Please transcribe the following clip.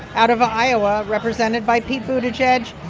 out of iowa, represented by pete buttigieg.